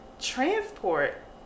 transport